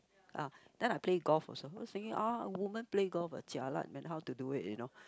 ah then I play golf also was thinking women play golf ah jialat man how to do it you know